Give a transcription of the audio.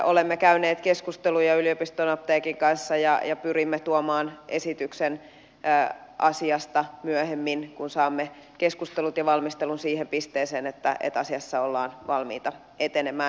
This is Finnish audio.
olemme käyneet keskusteluja yliopiston apteekin kanssa ja pyrimme tuomaan esityksen asiasta myöhemmin kun saamme keskustelut ja valmistelun siihen pisteeseen että asiassa ollaan valmiita etenemään